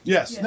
Yes